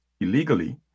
illegally